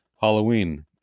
Halloween